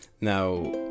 now